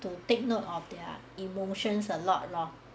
to take note of their emotions a lot loh